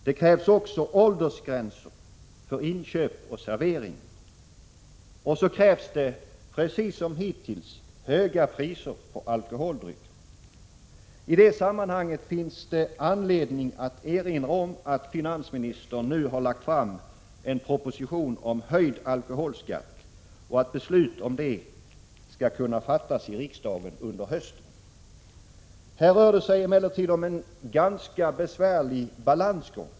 Det krävs också åldersgränser för inköp och servering. Dessutom krävs det — precis som hittills — höga priser på alkoholdrycker. I det sammanhanget finns det anledning att erinra om att finansministern nu har lagt fram en proposition om höjning av alkoholskatten och att beslut om det kan fattas i riksdagen under hösten. Här rör det sig emellertid om en ganska besvärlig balansgång.